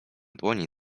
dłoni